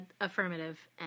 Affirmative